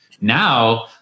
now